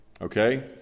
Okay